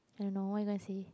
I don't know what you gonna say